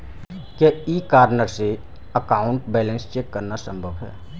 क्या e corner से account balance check करना संभव है?